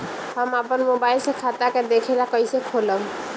हम आपन मोबाइल से खाता के देखेला कइसे खोलम?